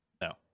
No